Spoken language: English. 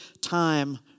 time